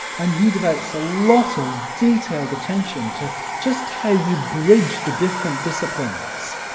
and he devotes a lot of detailed attention to just how you bridge the different disciplines,